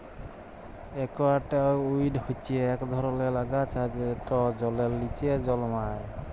aquatic weed হচ্যে ইক ধরলের আগাছা যেট জলের লিচে জলমাই